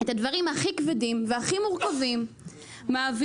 את הדברים הכי כבדים והכי מורכבים מעבירים